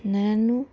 ನಾನು